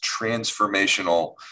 transformational